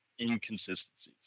Inconsistencies